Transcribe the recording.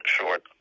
short